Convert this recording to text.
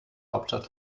hauptstadt